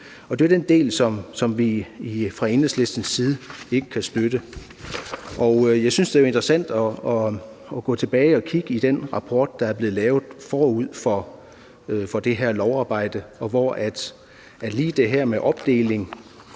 Det er jo den del, som vi fra Enhedslistens side ikke kan støtte. Jeg synes, det er interessant at gå tilbage og kigge i den rapport, der blev lavet forud for det her lovarbejde. Lige det her med opdeling